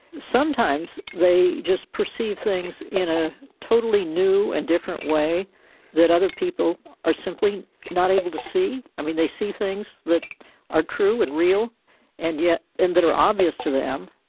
sometimes they just perceive things in a totally new and different way that other people are simply not able to see. i mean they see things that are true and real and yeah and that are obvious to them